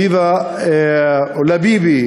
חביב עוואד מהכפר אעבלין,